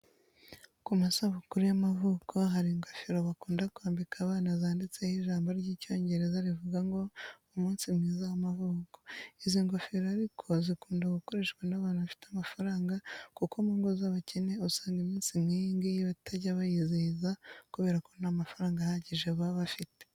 Ku masabukuru y'amavuko hari ingofero bakunda kwambika abantu zanditseho ijambo ry'icyongereza rivuga ngo umunsi mwiza w'amavuko. Izi ngofero ariko zikunda gukoreshwa n'abantu bafite amafaranga kuko mu ngo z'abakene usanga iminsi nk'iyi ngiyi batajya bayizihiza kubera ko nta mafaranga ahagije baba bafite.